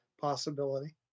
possibility